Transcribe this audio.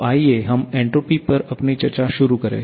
तो आइए हम एंट्रोपी पर अपनी चर्चा शुरू करें